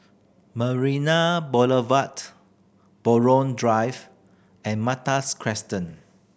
Marina Boulevard Buroh Drive and Malta